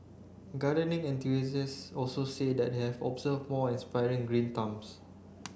gardening enthusiasts also say that they have observed more aspiring green thumbs